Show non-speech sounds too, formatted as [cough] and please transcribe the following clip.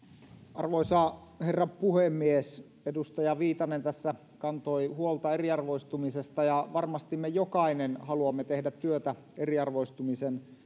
arvoisa herra puhemies edustaja viitanen tässä kantoi huolta eriarvoistumisesta ja varmasti me jokainen haluamme tehdä työtä eriarvoistumisen [unintelligible]